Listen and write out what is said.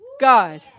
God